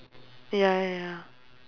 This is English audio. ya ya ya